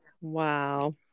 Wow